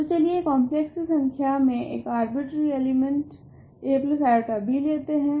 तो चलिए कॉम्प्लेक्स संख्या से एक अर्बिट्ररी एलिमेंट aib लेते है